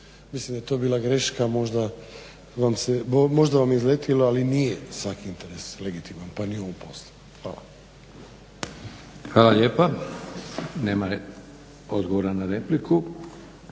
Mislim da je to bila greška, možda vam je izletilo, ali nije svaki interes legitiman pa ni u ovom poslu. Hvala. **Leko, Josip (SDP)** Hvala lijepa. Nema odgovora na repliku.